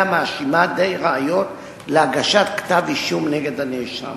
המאשימה די ראיות להגשת כתב-אישום נגד הנאשם.